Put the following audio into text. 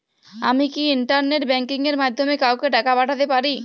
আমি কি internet banking এর মাধ্যমে কাওকে টাকা পাঠাতে পারি?